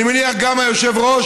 אני מניח שגם היושב-ראש,